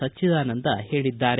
ಸಚ್ಚಿದಾನಂದ ಹೇಳದ್ದಾರೆ